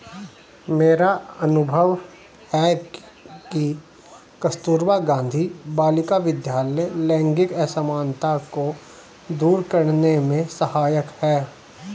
मेरा अनुभव है कि कस्तूरबा गांधी बालिका विद्यालय लैंगिक असमानता को दूर करने में सहायक है